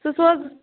ژٕ سوز